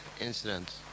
incident